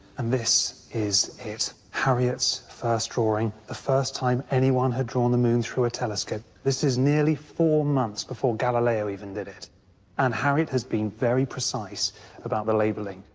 and this is it! harriot's first drawing. the first time anyone had drawn the moon through a telescope. this is nearly four months before galileo did it and harriot has been very precise about the labelling.